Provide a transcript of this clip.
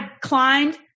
climbed